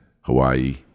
Hawaii